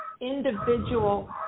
individual